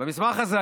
ועוד דבר אחד.